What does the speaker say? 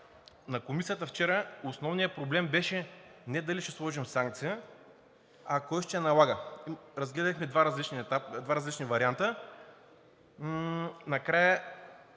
На Комисията вчера основният проблем беше не дали ще сложим санкция, а кой ще я налага? Разгледахме два различни варианта, накрая